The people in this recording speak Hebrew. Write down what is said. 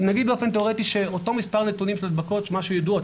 באופן תיאורטי שאותו מס' נתונים של הדבקות שידועות,